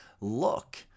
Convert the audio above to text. Look